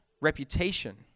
reputation